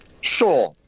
Sure